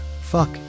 Fuck